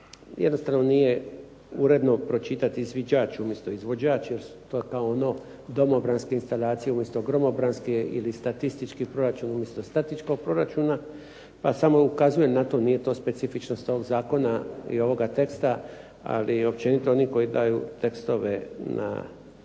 Jednostavno nije uredno pročitati izviđač umjesto izvođač, jer su to kao ono domobranske instalacije umjesto gromobranske, ili statistički proračun umjesto statičkog proračuna, pa samo ukazujem na to, nije to specifičnost ovog zakona i ovoga teksta, ali općenito oni koji daju tekstove na